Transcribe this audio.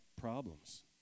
problems